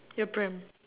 your pram